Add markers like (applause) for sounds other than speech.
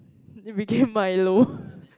it became Milo (laughs)